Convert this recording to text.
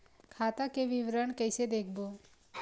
खाता के विवरण कइसे देखबो?